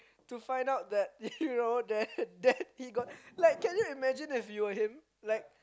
to find out that you know that that he got like can you imagine if you were him like